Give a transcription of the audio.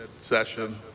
session